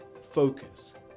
focus